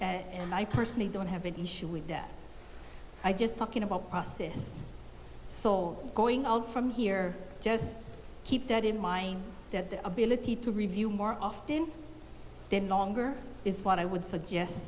and i personally don't have an issue with that i just talking about process so going on from here just keep that in mind that the ability to review more often then no longer is what i would suggest